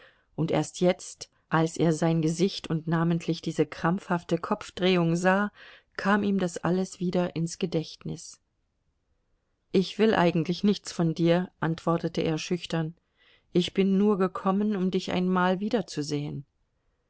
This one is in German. und erst jetzt als er sein gesicht und namentlich diese krampfhafte kopfdrehung sah kam ihm das alles wieder ins gedächtnis ich will eigentlich nichts von dir antwortete er schüchtern ich bin nur gekommen um dich einmal wiederzusehen